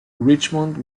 richmond